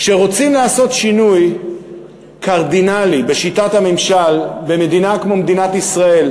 כשרוצים לעשות שינוי קרדינלי בשיטת הממשל במדינה כמו מדינת ישראל,